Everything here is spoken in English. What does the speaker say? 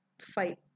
fight